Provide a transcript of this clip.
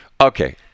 Okay